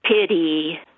pity